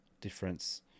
difference